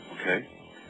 okay